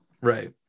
Right